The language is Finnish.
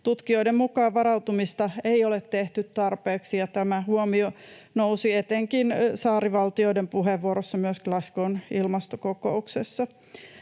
Tutkijoiden mukaan varautumista ei ole tehty tarpeeksi, ja tämä huomio nousi etenkin saarivaltioiden puheenvuoroissa myös Glasgow’n ilmastokokouksessa.